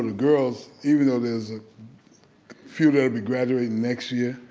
girls, even though there's a few that would be graduating next year,